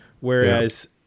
whereas